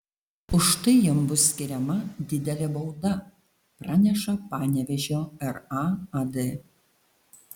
už tai jam bus skiriama didelė bauda praneša panevėžio raad